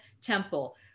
temple